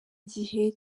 gihe